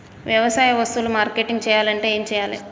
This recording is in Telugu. వ్యవసాయ వస్తువులు మార్కెటింగ్ చెయ్యాలంటే ఏం చెయ్యాలే?